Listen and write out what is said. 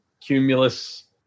cumulus